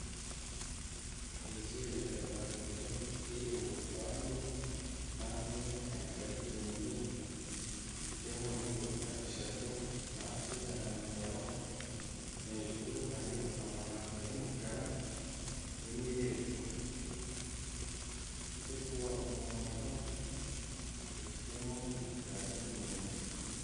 Inzu ya kadasitere iri mu rupangu, hanze hari parikingi ijyamo imodoka eshatu, hasi hari amakaro, hejuru hariho amabati y'umukara n'imireko ijya kuba umuhondo, ifitemo n'igikari inyuma.